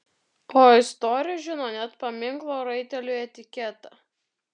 o istorija žino net paminklo raiteliui etiketą